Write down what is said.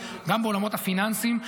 וגם בעולמות הפיננסים,